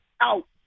out